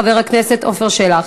חבר הכנסת עפר שלח.